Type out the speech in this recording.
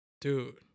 dude